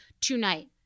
tonight